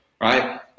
right